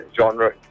genre